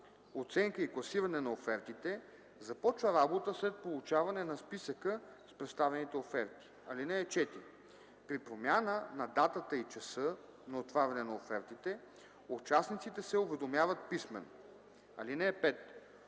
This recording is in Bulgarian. оценка и класиране на офертите, започва работа след получаване на списъка с представените оферти. (4) При промяна на датата и часа на отваряне на офертите участниците се уведомяват писмено. (5)